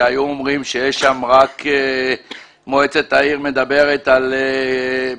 היו אומרים שיש שם רק מועצת העיר ומדברים על רוטציה.